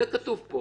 זה כתוב פה,